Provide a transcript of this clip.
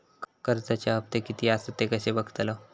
कर्जच्या हप्ते किती आसत ते कसे बगतलव?